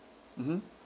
mmhmm